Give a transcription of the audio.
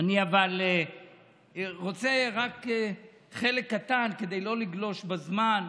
אבל אני רוצה רק חלק קטן, כדי לא לגלוש בזמן.